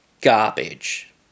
garbage